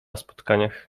spotkaniach